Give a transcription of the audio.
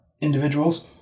individuals